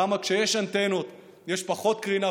למה כשיש אנטנות יש פחות קרינה,